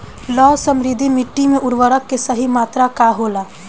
लौह समृद्ध मिट्टी में उर्वरक के सही मात्रा का होला?